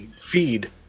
feed